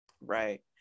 right